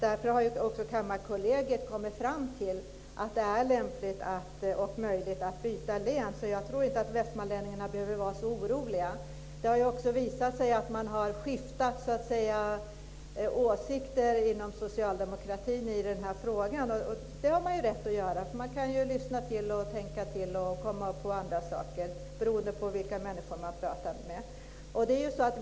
Därför har också Kammarkollegiet kommit fram till att det är lämpligt och möjligt att byta län. Jag tror inte att västmanlänningarna behöver vara så oroliga. Det har också visat sig att man har bytt åsikter inom socialdemokratin i den här frågan. Det har man rätt att göra. Man kan komma på andra tankar beroende på vilka människor som man har pratat med.